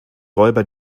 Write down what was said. räuber